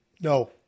No